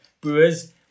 brewers